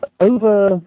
over